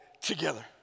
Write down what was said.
together